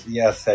yes